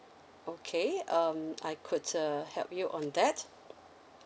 okay um I could err help you on that